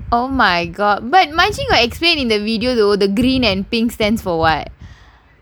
oh my god but like explain in the video though the green and pink stands for [what]